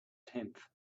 tenth